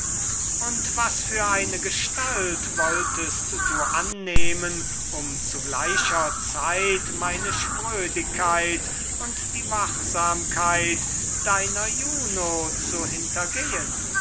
und was für eine gestalt wolltest du annehmen um zu gleicher zeit meine sprödigkeit und deine liebe gemahlin zu hintergehen